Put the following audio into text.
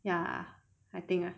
ya I think ah